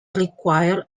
require